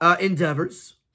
endeavors